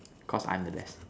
cause I'm the best